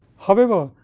however,